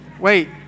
Wait